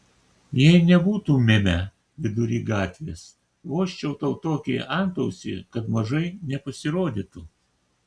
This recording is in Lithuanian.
jei nebūtumėme vidury gatvės vožčiau tau tokį antausį kad mažai nepasirodytų